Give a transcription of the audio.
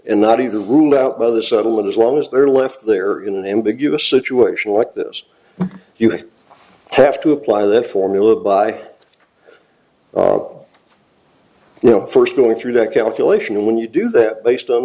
and not even ruled out by the settlement as long as they're left there in an ambiguous situation like this you have to apply that formula by you know first going through that calculation when you do that based on